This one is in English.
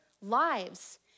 lives